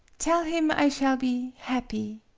tell him i shall be happy.